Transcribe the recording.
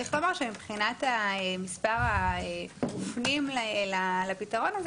כרגע מבחינת מספר המופנים לפתרון הזה